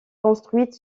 construite